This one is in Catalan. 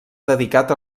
dedicat